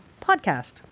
Podcast